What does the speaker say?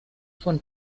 von